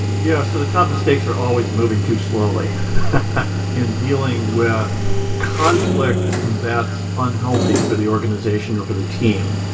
yeah so the top mistakes are always moving too slowly in dealing with conflict that's unhealthy for the organization or for the team.